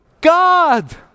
God